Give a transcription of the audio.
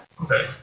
Okay